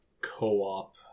co-op